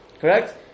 Correct